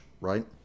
right